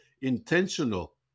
intentional